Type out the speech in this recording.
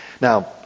Now